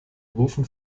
rufen